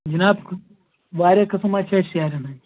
جِناب واریاہ قٕسٕم حظ چھِ اَسہِ سیرٮ۪ن ہٕنٛدۍ